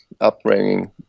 upbringing